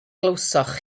glywsoch